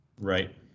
Right